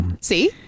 See